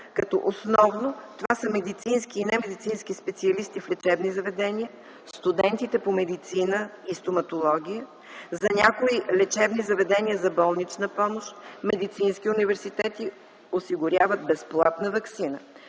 като основно това са медицински и немедицински специалисти в лечебни заведения, студентите по медицина и стоматология, за някои лечебни заведения за болнична помощ медицински университети осигуряват безплатна ваксина,